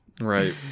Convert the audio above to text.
Right